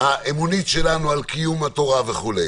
האמונית שלנו על קיום התורה וכו',